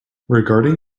regarding